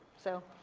so.